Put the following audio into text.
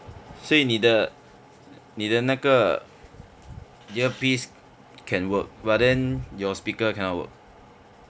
所以你的你的那个 earpiece can work but then your speaker cannot work